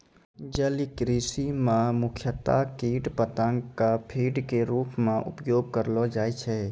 जलीय कृषि मॅ मुख्यतया कीट पतंगा कॅ फीड के रूप मॅ उपयोग करलो जाय छै